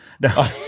No